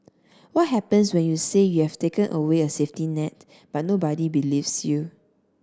what happens when you say you have taken away a safety net but nobody believes you